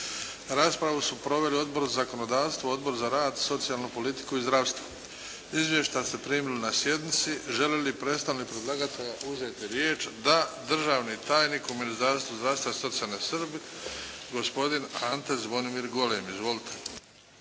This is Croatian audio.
Raspravu su proveli Odbor za zakonodavstvo, socijalnu politiku i zdravstvo. Izvješća ste primili na sjednici. Želi li predstavnik predlagatelja uzeti riječ? Da. Državni tajnik u ministarstvu zdravstva, socijalne skrbi, gospodin Ante Zvonimir Golem. Izvolite.